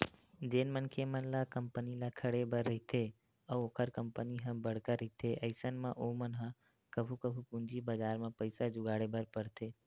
जेन मनखे मन ल कंपनी ल खड़े बर रहिथे अउ ओखर कंपनी ह बड़का रहिथे अइसन म ओमन ह कभू कभू पूंजी बजार म पइसा जुगाड़े बर परथे